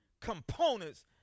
components